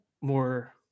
more